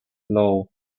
law